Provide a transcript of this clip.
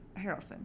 Harrelson